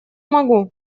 могу